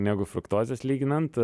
negu fruktozės lyginant